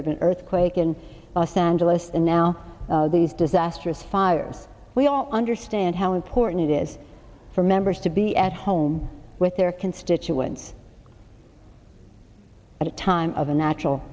the earthquake in los angeles and now these disastrous fires we all understand how important it is for members to be at home with their constituents at a time of a natural